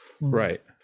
Right